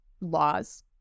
laws